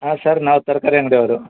ಹಾಂ ಸರ್ ನಾವು ತರಕಾರಿ ಅಂಗಡಿಯವ್ರು